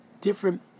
different